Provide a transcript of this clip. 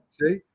See